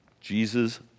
Jesus